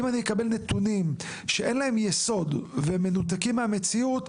אם אני אקבל נתונים שאין להם יסוד והם מנותקים מהמציאות,